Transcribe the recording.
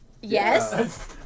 yes